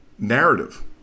Narrative